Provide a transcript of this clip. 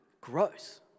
Gross